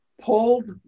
pulled